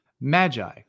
Magi